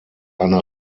eine